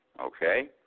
okay